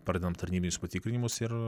pradedam tarnybinius patikrinimus ir